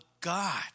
God